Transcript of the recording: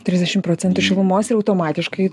trisdešim procentų šilumos ir automatiškai